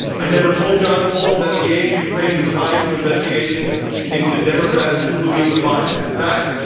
i never told john bolton that the aid to ukraine was tied to investigations into democrats, including the bidens. in fact,